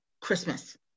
Christmas